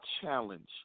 challenge